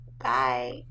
Bye